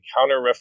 counter